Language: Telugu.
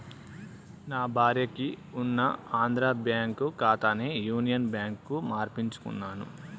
నా భార్యకి ఉన్న ఆంధ్రా బ్యేంకు ఖాతాని యునియన్ బ్యాంకుకు మార్పించుకున్నాను